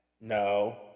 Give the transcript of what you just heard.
No